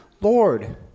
Lord